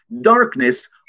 darkness